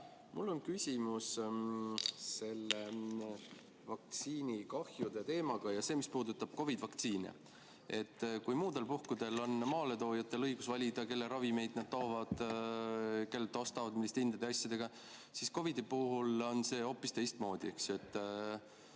Mul on küsimus selle vaktsiinikahjude teema kohta, mis puudutab COVID‑i vaktsiine. Kui muudel puhkudel on maaletoojatel õigus valida, kelle ravimeid nad toovad, kellelt ostavad, milliste hindade ja asjadega, siis COVID-i puhul on see hoopis teistmoodi.